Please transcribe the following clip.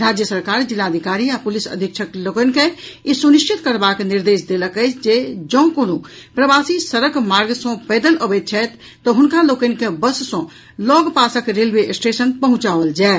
राज्य सरकार जिलाधिकारी आ पुलिस अधीक्षक लोकनि के ई सुनिश्चित करबाक निर्देश देलक अछि जे जॅऽ कोनो प्रवासी सड़क मार्ग सॅ पैदल अचैत छथि तऽ हुनका लोकनि के बस सॅ लऽग पासक रेलवे स्टेशन पहुंचाओल जाय